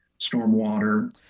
stormwater